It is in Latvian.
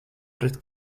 pret